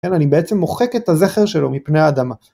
כן, אני בעצם מוחק את הזכר שלו מפני האדמה.